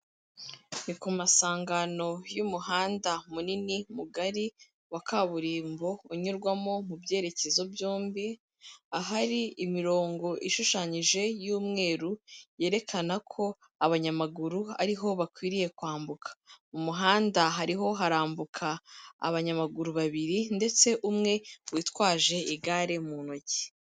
Ni ku masangano y'umuhanda munini mugari wa kaburimbo, unyurwamo mu byerekezo byombi ahari imirongo ishushanyije y'umweru, yerekana ko abanyamaguru ariho bakwiriye kwambuka, umuhanda hariho harambuka abanyamaguru babiri ndetse umwe witwaje igare mu ntoki.